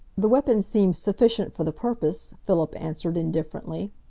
the weapon seems sufficient for the purpose, philip answered indifferently.